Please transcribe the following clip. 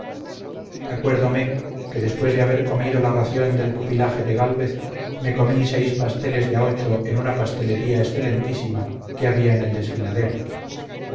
acuérdome que después de haber comido la ración del pupilaje de gálvez me comí seis pasteles de a ocho en una pastelería excelentísima que había en el desfiladero